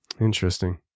Interesting